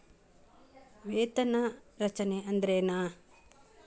ವೇತನ ರಚನೆ ಅಂದ್ರೆನ?